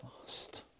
lost